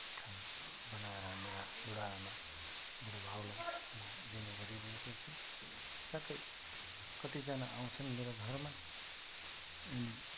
खाना बनाएर मेरा बुढा आमा बुढो बाउलाई दिने गरिरहेको छु साथै कतिजना आउँछन् मेरो घरमा